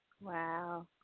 Wow